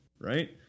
right